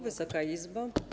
Wysoka Izbo!